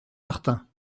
martin